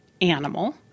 animal